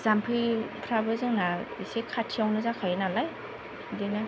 जाम्फैफ्राबो जोंना एसे खाथिआवनो जाखायो नालाय इदिनो